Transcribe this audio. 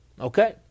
Okay